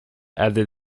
added